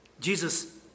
Jesus